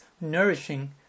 nourishing